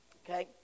okay